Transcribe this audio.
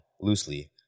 loosely